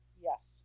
Yes